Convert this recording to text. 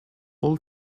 all